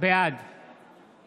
בעד